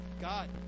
God